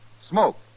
Smoke